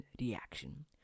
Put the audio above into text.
reaction